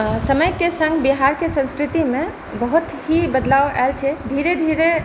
समयके संग बिहारके संस्कृतिमे बहुत ही बदलाब आयल छै धीरे धीरे